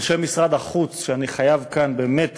אנשי משרד החוץ, שאני חייב כאן באמת